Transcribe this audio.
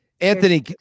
Anthony